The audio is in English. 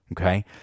Okay